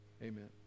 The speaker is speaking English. amen